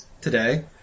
today